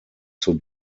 zur